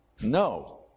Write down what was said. No